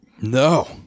No